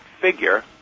figure